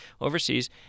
overseas